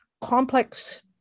complex